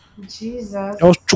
Jesus